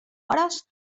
hores